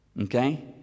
okay